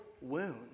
wound